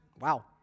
Wow